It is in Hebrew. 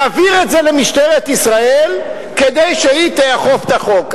להעביר את זה למשטרת ישראל כדי שהיא תאכוף את החוק.